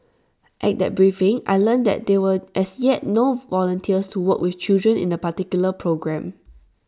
at that briefing I learnt that there were as yet no volunteers to work with children in A particular programme